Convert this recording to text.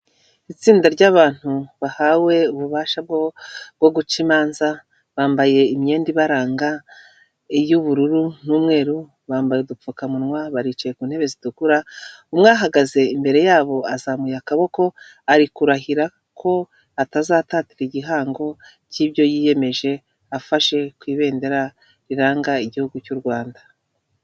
Itsinda ry'abantu bahawe ububasha bwo guca imanza bambaye imyenda ibaranga y'ubururu n'umweru bambaye udupfukamunwa baricaye ku ntebe zitukura umwe ahagaze imbere yabo azamuye akaboko ari kurahira ko atazatatira igihango cy'ibyo yiyemeje afashe ku ibendera riranga igihugu cy'urwanda.